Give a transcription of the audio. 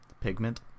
pigment